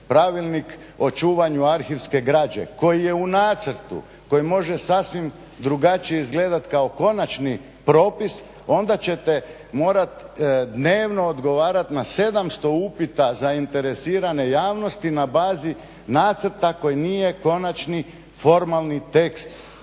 pravilnik o čuvanju arhivske građe, koji je u nacrtu, koji može sasvim drugačije izgledati kao konačni propis, onda ćete morati dnevno odgovarati na 700 upita zainteresirane javnosti na bazi nacrta koji nije konačni formalni tekst